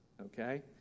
okay